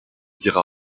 dira